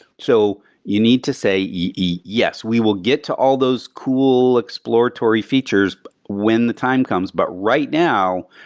so you need to say, yes, we will get to all those cool exploratory features when the time comes. but right now,